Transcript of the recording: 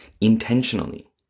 intentionally